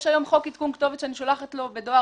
יש היום חוק עדכון כתובת שאני שולחת לו בדואר